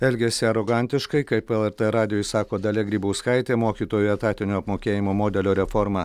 elgiasi arogantiškai kaip lrt radijui sako dalia grybauskaitė mokytojų etatinio apmokėjimo modelio reforma